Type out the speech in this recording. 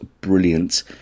brilliant